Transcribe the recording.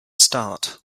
start